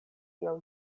kiel